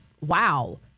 wow